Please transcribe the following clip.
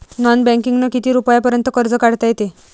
Non बँकिंगनं किती रुपयापर्यंत कर्ज काढता येते?